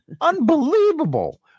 Unbelievable